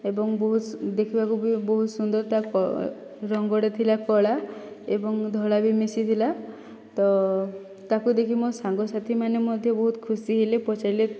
ଏବଂ ବହୁତ ଦେଖିବାକୁ ବି ବହୁତ ସୁନ୍ଦର ତା ରଙ୍ଗଟି ଥିଲା କଳା ଏବଂ ଧଳା ବି ମିଶିଥିଲା ତ ତାକୁ ଦେଖି ମୋ' ସାଙ୍ଗ ସାଥିମାନେ ମଧ୍ୟ ବହୁତ ଖୁସି ହେଲେ ପଚାରିଲେ